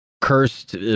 cursed